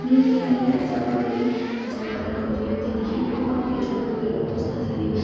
मिर्गेलाई जब है हड्डाबाहर गऱ्यो है त्यहाँदेखि ऊ अर्कै ठाउँमा गएर बस्न थाल्यो